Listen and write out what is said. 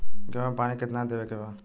गेहूँ मे पानी कितनादेवे के बा?